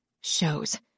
shows